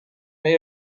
may